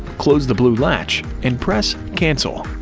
close the blue latch, and press cancel.